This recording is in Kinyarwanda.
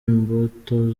imbuto